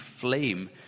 flame